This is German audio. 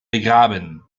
begraben